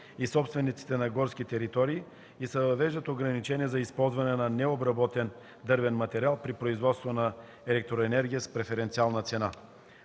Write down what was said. и собствениците на горски територии и се въвеждат ограничения за използване на необработен дървен материал при производството на електроенергия с преференциална цена.